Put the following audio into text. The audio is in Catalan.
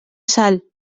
sal